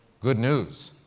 good news.